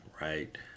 right